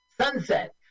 Sunset